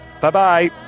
Bye-bye